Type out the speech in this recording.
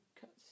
cuts